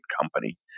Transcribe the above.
company